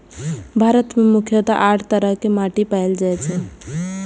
भारत मे मुख्यतः आठ तरह के माटि पाएल जाए छै